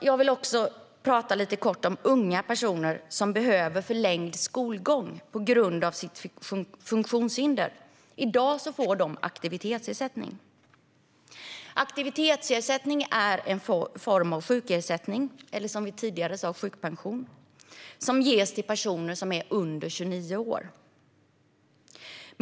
Jag vill också säga något kort om unga personer som behöver förlängd skolgång på grund av sitt funktionshinder. I dag får de aktivitetsersättning. Aktivitetsersättning är en form av sjukersättning - eller sjukpension, som man tidigare sa - som ges till personer under 29 år.